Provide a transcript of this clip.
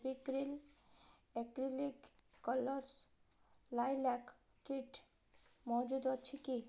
Fevicryl acrylic colours lilac kit ମହଜୁଦ ଅଛି କି